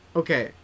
okay